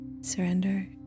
surrender